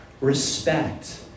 respect